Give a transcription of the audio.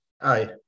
Aye